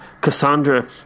Cassandra